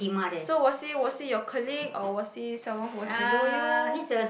so was he was he your colleague or was he someone who was below you